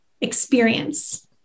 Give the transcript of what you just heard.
experience